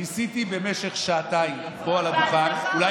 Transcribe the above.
ניסיתי במשך שעתיים פה על הדוכן, בהצלחה רבה.